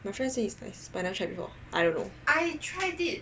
my friend say is nice but I don't know I never try before